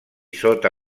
sota